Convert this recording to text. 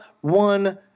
one